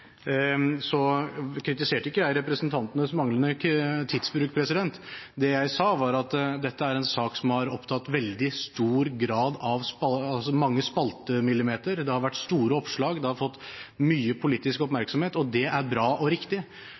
Så kritiserte ikke jeg representantenes manglende tidsbruk. Det jeg sa, var at dette er en sak som har tatt veldig mange spaltemillimeter – det har vært store oppslag, det har fått mye politisk oppmerksomhet. Det er bra og riktig.